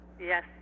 Yes